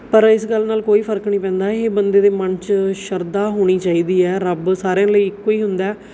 ਪਰ ਇਸ ਗੱਲ ਨਾਲ ਕੋਈ ਫ਼ਰਕ ਨਹੀਂ ਪੈਂਦਾ ਇਹ ਬੰਦੇ ਦੇ ਮਨ 'ਚ ਸ਼ਰਧਾ ਹੋਣੀ ਚਾਹੀਦੀ ਹੈ ਰੱਬ ਸਾਰਿਆ ਲਈ ਇੱਕੋ ਹੀ ਹੁੰਦਾ